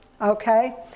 Okay